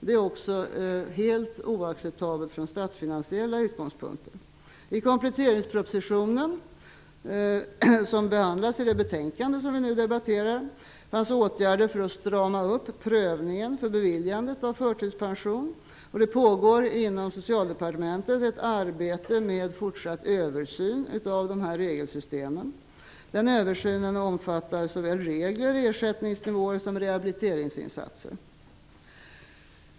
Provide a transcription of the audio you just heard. Det är också helt oacceptabelt ur statsfinansiella utgångspunkter. I kompletteringspropositionen, som behandlas i det betänkande som vi nu debatterar, föreslås åtgärder för att strama upp prövningen för beviljande av förtidspension. Det pågår inom Socialdepartementet ett arbete med fortsatt översyn av dessa regelsystem. Översynen omfattar såväl regler och ersättningsnivåer som rehabiliteringsinsatser.